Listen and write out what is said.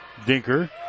Dinker